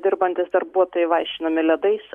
dirbantys darbuotojai vaišinami ledais